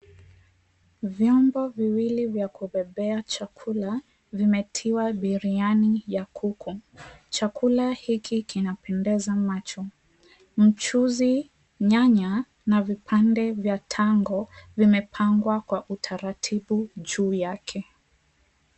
Vyombo viwili vya kubebea chakula, vimetiwa biriani ya kuku. Chakula hiki kinapendeza macho. Mchuzi, nyanya na vipande vya tango vimepangwa kwa utaratibu juu yake.